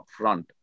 upfront